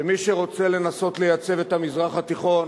שמי שרוצה לנסות לייצב את המזרח התיכון